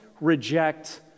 reject